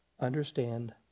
understand